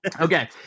Okay